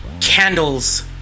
candles